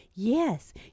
Yes